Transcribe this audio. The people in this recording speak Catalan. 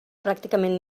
pràcticament